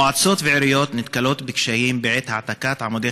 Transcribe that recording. מועצות ועיריות נתקלות בקשיים בעת העתקת עמודי